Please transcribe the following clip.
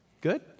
Good